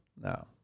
no